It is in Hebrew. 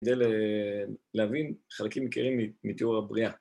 כדי להבין חלקים עיקריים מתיאור הבריאה